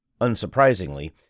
Unsurprisingly